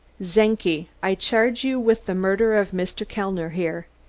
czenki, i charge you with the murder of mr. kellner here.